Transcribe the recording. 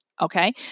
okay